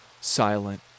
Silent